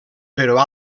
però